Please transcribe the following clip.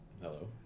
Hello